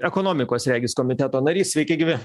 ekonomikos regis komiteto narys sveiki gyvi